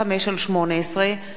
מחיקת רישום פלילי בהעדר ראיות),